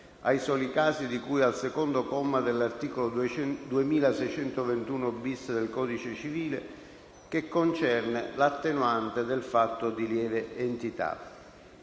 ai soli casi di cui al secondo comma dell'articolo 2621-*bis* del codice civile, che concerne l'attenuante del fatto di lieve entità.